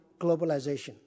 globalization